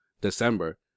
December